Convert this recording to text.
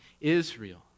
Israel